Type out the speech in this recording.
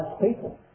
people